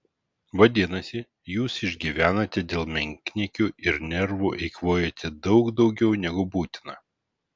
vadinasi jūs išgyvenate dėl menkniekių ir nervų eikvojate daug daugiau negu būtina